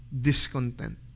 discontent